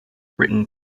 written